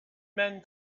men